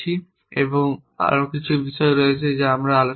এবং আরও কিছু বিষয় রয়েছে যা আমরা আলোচনা করব